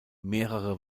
mehrere